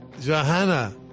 Johanna